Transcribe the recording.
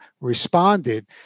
responded